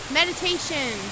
meditation